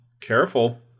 Careful